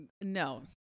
No